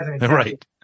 right